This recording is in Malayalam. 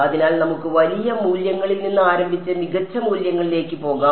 അതിനാൽ നമുക്ക് വലിയ മൂല്യങ്ങളിൽ നിന്ന് ആരംഭിച്ച് മികച്ച മൂല്യങ്ങളിലേക്ക് പോകാം